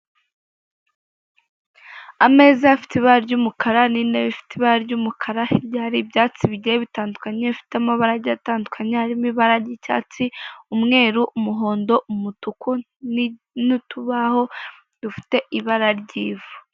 Ameza afite ibara ry'umukara n'intebe ifite ibara ry'umukara hirya ahari ibyatsi bigiye bitandukanye bifite amabara agiye atandukanye harimo ibara ry'icyatsi, umweru, umuhondo, umutuku n'utubaho dufite ibare ry'ivu.